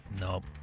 nope